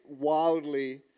wildly